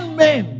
men